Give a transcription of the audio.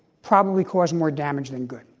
probably cause more damage than good.